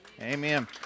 Amen